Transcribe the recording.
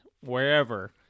wherever